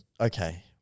Okay